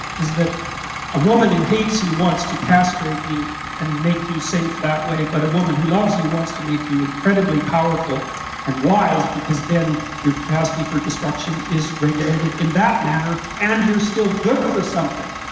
is that a woman who hates you wants to castrate you and make you safe that way, but a woman who loves you and wants to make you incredibly powerful and wise because then your capacity for destruction is regulated in that manner and you're still good for something.